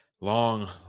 long